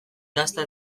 dasta